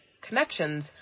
connections